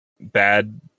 bad